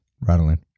Rattling